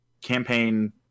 campaign